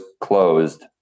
closed